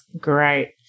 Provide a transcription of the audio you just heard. Great